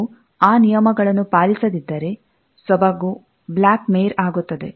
ನಾವು ಆ ನಿಯಮಗಳನ್ನು ಪಾಲಿಸದಿದ್ದರೆ ಸೊಬಗು ಬ್ಲ್ಯಾಕ್ ಮೇರ್ ಆಗುತ್ತದೆ